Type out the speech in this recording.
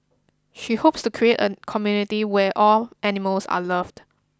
she hopes to create a community where all animals are loved